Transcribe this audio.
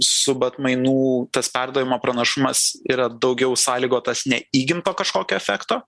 subatmainų tas perdavimo pranašumas yra daugiau sąlygotas ne įgimto kažkokio efekto